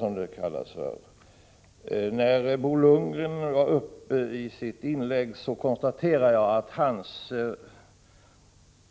Jag konstaterar att Bo Lundgrens